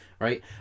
Right